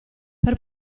per